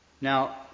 Now